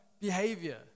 behavior